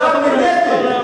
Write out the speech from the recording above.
שם נהניתם ושם,